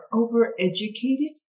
overeducated